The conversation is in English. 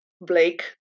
Blake